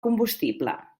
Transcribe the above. combustible